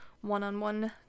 one-on-one